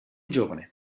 giovane